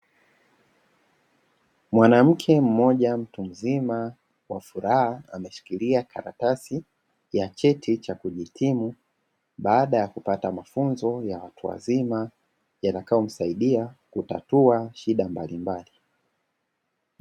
Mwanamke mmoja mtu mzima; kwa furaha, ameshikilia karatasi ya cheti cha kuhitimu baada ya kupata mafunzo ya watu wazima, yatakayomsaidia kutatua shida mbalimbali.